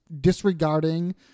disregarding